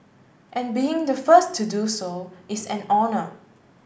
and being the first to do so is an honour